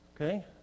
Okay